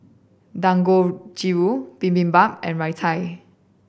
Dangojiru Bibimbap and Raita